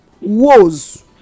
Woes